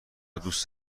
دوست